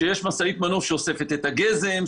שיש משאית מנוף שאוספת את הגזם,